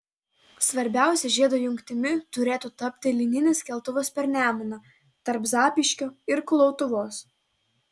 svarbiausia žiedo jungtimi turėtų tapti lyninis keltuvas per nemuną tarp zapyškio ir kulautuvos